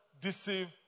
deceive